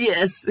Yes